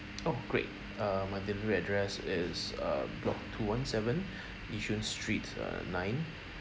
oh great uh my delivery address is uh block two one seven yishun street uh nine